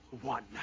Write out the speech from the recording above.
One